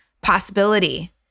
possibility